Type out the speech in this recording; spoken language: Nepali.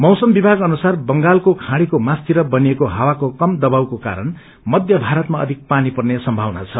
मौसम विभाग अनुसार बंगालको खौँझीको मास्तिर बनिएको हावाको कम दबाउको कारण मध्य भारतमा अधिक पानी पर्ने सम्भावना छ